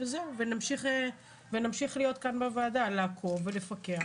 כאן בוועדה אנחנו נמשיך לעקוב ולפקח